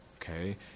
Okay